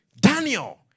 Daniel